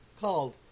Called